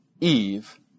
Eve